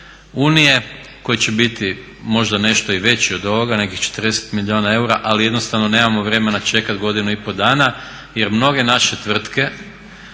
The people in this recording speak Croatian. unije koji će biti možda nešto i veći od ovoga, nekih 40 milijuna eura ali jednostavno nemamo vremena čekati godinu i pol dana jer mnoge naše tvrtke